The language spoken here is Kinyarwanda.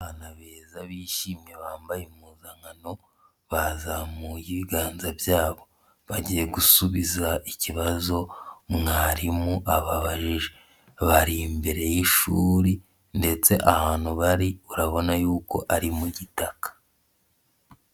Abana beza bishimye bambaye impuzankano bazamuye ibiganza byabo, bagiye gusubiza ikibazo mwarimu ababajije, bari imbere y'ishuri ndetse ahantu bari urabona y'uko ari mu gitaka.